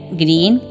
green